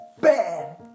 bad